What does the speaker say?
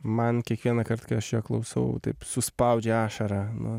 man kiekvienąkart kai aš jo klausau taip suspaudžia ašarą nu